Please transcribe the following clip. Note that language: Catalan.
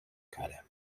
cara